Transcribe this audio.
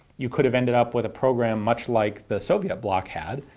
you could have ended up with a program much like the soviet bloc had,